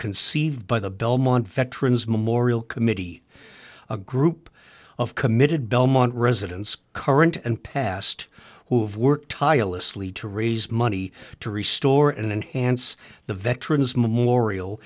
conceived by the belmont veterans memorial committee a group of committed belmont residents current and past who have worked tirelessly to raise money to restore and enhanced the veterans memorial